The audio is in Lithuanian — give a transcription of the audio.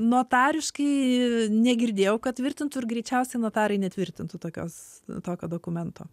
notariškai negirdėjau kad tvirtintų ir greičiausiai notarai netvirtintų tokios tokio dokumento